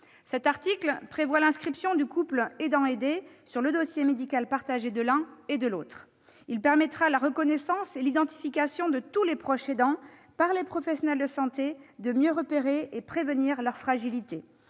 Cet article prévoit l'inscription du couple aidant-aidé sur le dossier médical partagé de l'un et de l'autre. Il permettra la reconnaissance et l'identification de tous les proches aidants par les professionnels de santé, afin de mieux repérer et prévenir leurs fragilités.